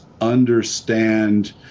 understand